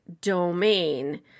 domain